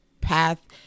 path